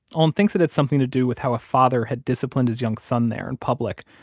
olin thinks it had something to do with how a father had disciplined his young son there in public,